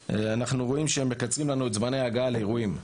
אנחנו רואים שהם מקצרים לנו את זמני ההגעה לאירועים.